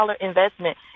investment